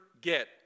get